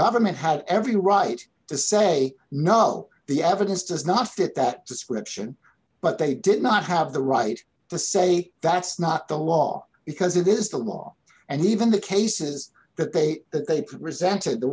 government had every right to say no the evidence does not fit that description but they did not have the right to say that's not the law because it is the law and even the cases that they that they presented the